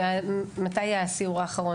מתי היה הסיור האחרון?